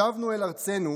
שבנו אל ארצנו